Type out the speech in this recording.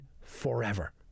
forever